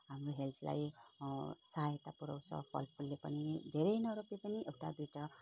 हाम्रो हेल्थलाई सहायता पुऱ्याउँछ फलफुलले पनि धेरै नरोपे पनि एउटा दुईवटा